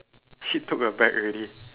she took her bag already